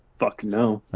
fuck no.